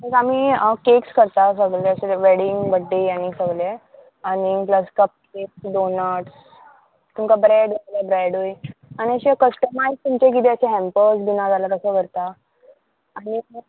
लायक आमी केक्स करता सगळे अशे वॅडींग बड्डे आनी सगले आनी प्लस कप केक्स डोनट्स तुमकां ब्रेड जाल्या ब्रेडूय आनी अशे कस्टमायज तुमचे कितें अशे हॅम्पल्स बी ना जाल्यार तसो करता आनी